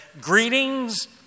Greetings